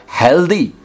healthy